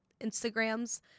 Instagrams